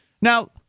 Now